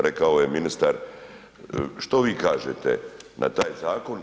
Rekao je ministar, što vi kažete na taj zakon?